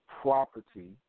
property